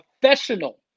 professional